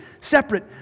separate